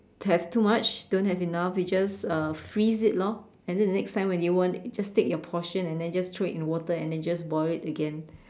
have too much don't have enough you just uh freeze it lor and then the next time when you want just take your portion and then just throw it in water and then just boil it again